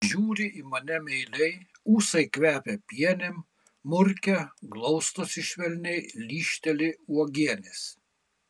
žiūri į mane meiliai ūsai kvepia pienėm murkia glaustosi švelniai lyžteli uogienės